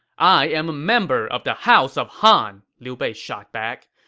i am a member of the house of han! liu bei shot back.